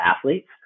athletes